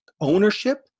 ownership